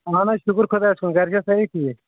اَہَن حظ شُکُر خۄدایَس کُن گَرِ چھا سٲری ٹھیٖک